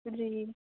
जी